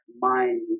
mind